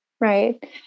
right